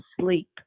sleep